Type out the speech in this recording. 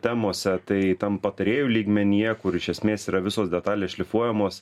temose tai tam patarėjų lygmenyje kur iš esmės yra visos detalės šlifuojamos